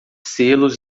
selos